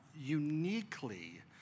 uniquely